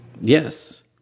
Yes